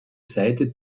seite